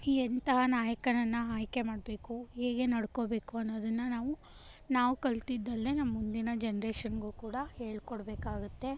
ಎಂತಹ ನಾಯಕನನ್ನು ಆಯ್ಕೆ ಮಾಡಬೇಕು ಹೇಗೆ ನಡ್ಕೊಳ್ಬೇಕು ಅನ್ನೋದನ್ನು ನಾವು ನಾವು ಕಲಿತಿದ್ದಲ್ದೇ ನಮ್ಮ ಮುಂದಿನ ಜನ್ರೇಷನಿಗೂ ಕೂಡ ಹೇಳಿಕೊಡ್ಬೇಕಾಗುತ್ತೆ